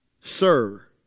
Sir